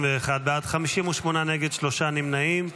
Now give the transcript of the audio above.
בעד, 58 נגד, שלושה נמנעים.